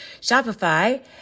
Shopify